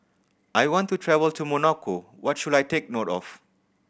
I want to travel to Monaco what should I take note of